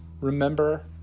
Remember